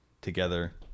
together